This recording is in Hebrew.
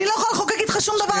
אני לא יכולה לחוקק איתך שום דבר.